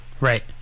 Right